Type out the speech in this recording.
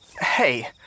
Hey